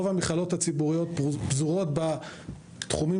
רוב המכללות הציבוריות פזורות בתחומים